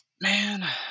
Man